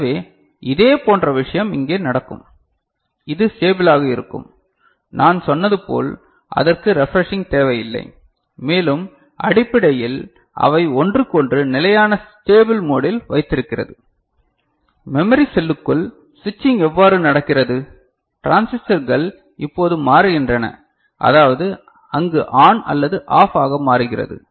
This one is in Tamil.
எனவே இதேபோன்ற விஷயம் இங்கே நடக்கும் அது ஸ்டேபிலாக இருக்கும் நான் சொன்னது போல் அதற்கு ரெஃப்ரெஷிங் தேவையில்லை மேலும் அடிப்படையில் அவை ஒன்றுக்கு ஒன்று நிலையான ஸ்டேபில் மோடில் வைத்திருக்கிறது மெமரி செல்லுக்குள் சுவிட்சிங் எவ்வாறு நடக்கிறது டிரான்சிஸ்டர்கள் இப்போது மாறுகின்றன அதாவது அங்கு ஆன் அல்லது ஆஃப் ஆக மாறுகிறது